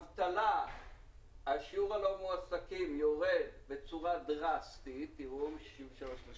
שיעור הלא מועסקים יורד בצורה דרסטית והמשכורת יותר